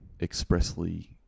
expressly